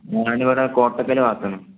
ഞാനിവിടെ കോട്ടയ്ക്കൽ